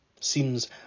seems